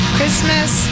Christmas